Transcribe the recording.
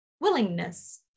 willingness